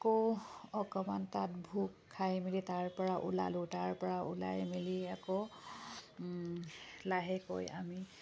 আকৌ অকণমান তাত ভোগ খাই মেলি তাৰপৰা ওলালোঁ তাৰপৰা ওলাই মেলি আকৌ লাহেকৈ আমি